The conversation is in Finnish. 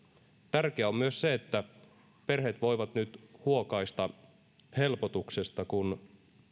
tärkeää on myös se että perheet voivat nyt huokaista helpotuksesta kun